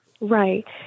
Right